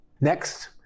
Next